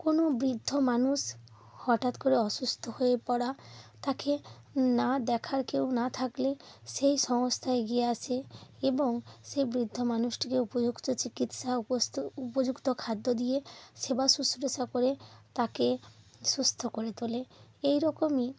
কোনো বৃদ্ধ মানুষ হঠাৎ করে অসুস্থ হয়ে পড়া তাকে না দেখার কেউ না থাকলে সেই সংস্থা এগিয়ে আসে এবং সেই বৃদ্ধ মানুষটিকে উপযুক্ত চিকিৎসা উপযুক্ত খাদ্য দিয়ে সেবা শুশ্রূষা করে তাকে সুস্থ করে তোলে এই রকমই